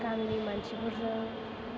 गामिनि मानसिफोरजों